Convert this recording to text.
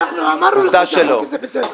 אנחנו אמרנו לך שאתה לא בסדר.